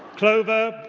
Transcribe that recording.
clover,